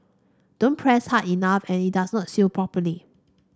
don't press hard enough and it does not seal properly